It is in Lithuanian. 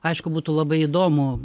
aišku būtų labai įdomu